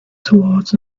towards